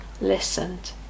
listened